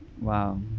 Wow